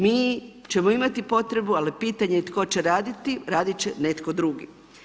Mi ćemo imati potrebu, ali pitanje je tko će raditi, radit će netko drugi.